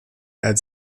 als